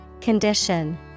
Condition